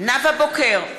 נאוה בוקר,